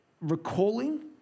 recalling